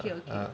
okay okay